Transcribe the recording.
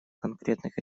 конкретных